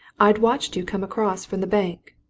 i'd watched you come across from the bank.